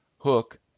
Hook